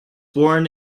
born